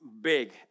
big